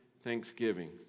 thanksgiving